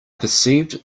perceived